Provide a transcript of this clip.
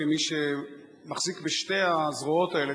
כמי שמחזיק בשתי הזרועות האלה,